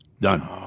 Done